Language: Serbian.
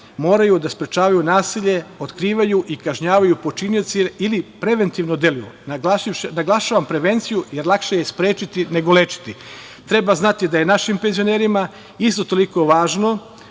moraju da sprečavaju nasilje, otkrivaju i kažnjavaju počinioce ili preventivno deluju, naglašavam prevenciju jer lakše je sprečiti nego lečiti. Treba znati da je našim penzionerima isto toliko važno